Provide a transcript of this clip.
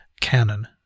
canon